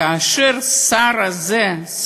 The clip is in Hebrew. כאשר השר הזה,